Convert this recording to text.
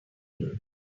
table